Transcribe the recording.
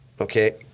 Okay